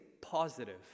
positive